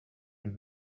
and